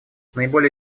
наиболее